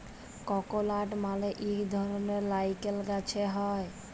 ককলাট মালে ইক ধরলের লাইরকেল গাহাচে হ্যয়